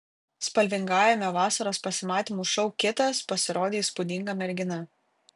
spalvingajame vasaros pasimatymų šou kitas pasirodė įspūdinga mergina